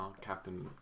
Captain